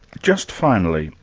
just finally,